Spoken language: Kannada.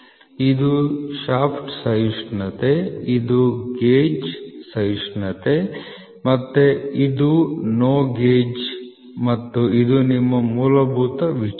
ಇದು ಶಾಫ್ಟ್ ಸಹಿಷ್ಣುತೆ ಇದು ಗೇಜ್ ಸಹಿಷ್ಣುತೆ ಮತ್ತು ಇದು NO GO ಗೇಜ್ ಮತ್ತು ಇದು ನಿಮ್ಮ ಮೂಲಭೂತ ವಿಚಲನ